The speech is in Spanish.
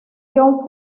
john